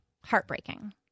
Heartbreaking